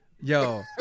yo